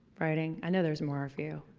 writing? i know there's more of you.